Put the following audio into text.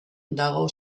dago